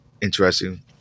interesting